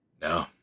No